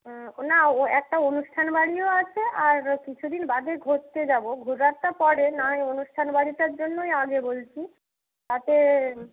না একটা অনুষ্ঠান বাড়িও আছে আর কিছুদিন বাদে ঘুরতে যাব ঘোরারটা পরে না ওই অনুষ্ঠান বাড়িটার জন্যই আগে বলছি তাতে